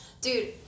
Dude